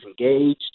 engaged